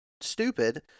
stupid